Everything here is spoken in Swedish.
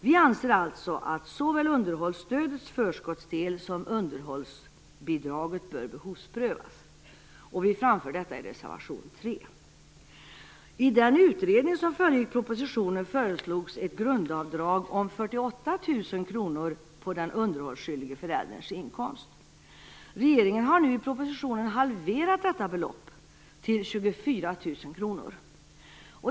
Vi anser alltså att såväl underhållsstödets förskottsdel som utfyllnadsbidraget bör behovsprövas. Vi framför detta i reservation nr 3. I den utredning som föregick propositionen föreslogs ett grundavdrag om 48 000 kr på den underhållsskyldige förälderns inkomst. Regeringen har nu i propositionen halverat detta förbehållsbelopp till 24 000 kr.